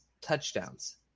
touchdowns